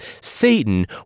Satan